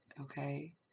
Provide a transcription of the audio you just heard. Okay